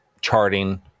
charting